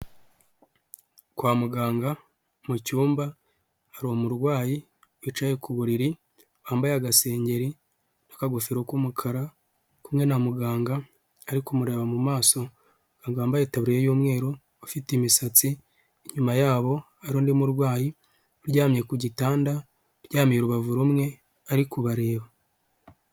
Kwa muganga mu cyumba, hari umurwayi wicaye ku buriri wambaye agasengeri n'akagofero k'umukara, ari kumwe na muganga, ari kumureba mu maso, Muganga wambaye itaburiya y'umweru ufite imisatsi, inyuma yabo ari undi murwayi uryamye ku gitanda, uryamiye urubavu rumwe ari kubareba.